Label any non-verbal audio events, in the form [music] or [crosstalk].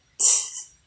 [noise]